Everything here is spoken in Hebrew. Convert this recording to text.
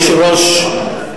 אדוני היושב-ראש,